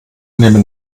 nehmen